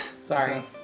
Sorry